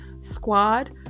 squad